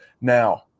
Now